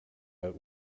out